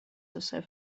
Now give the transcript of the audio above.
herself